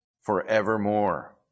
forevermore